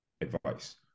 advice